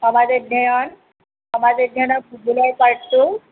সমাজ অধ্যয়ন সমাজ অধ্যয়নৰ ভূগোলৰ পাৰ্টটো